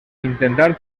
intentar